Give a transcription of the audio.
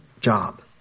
job